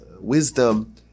Wisdom